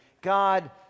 God